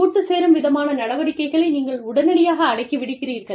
கூட்டுச் சேரும் விதமான நடவடிக்கையை நீங்கள் உடனடியாக அடக்கி விடுகிறீர்கள்